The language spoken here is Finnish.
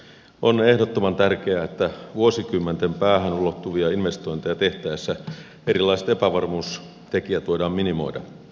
on ehdottoman tärkeää että vuosikymmenten päähän ulottuvia investointeja tehtäessä erilaiset epävarmuustekijät voidaan minimoida